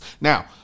Now